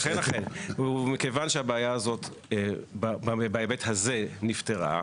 כיון שבעיה זו בהיבט הזה נפתרה,